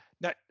now